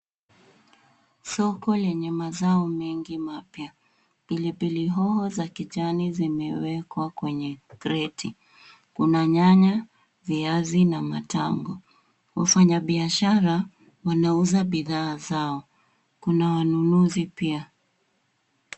Soko yenye mazao mengi mapya. Pilipili hoho za kijani zimewekwa kwenye kreti. Kuna nyanya viazi na matango. Wafanya biashara wanauza bidhaa zao. Kuna wanunuzi pia.